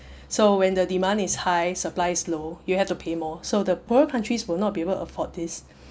so when the demand is high supply is low you have to pay more so the poorer countries will not be able to afford this